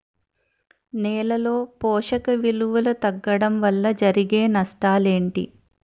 నేలలో పోషక విలువలు తగ్గడం వల్ల జరిగే నష్టాలేంటి?